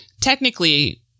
technically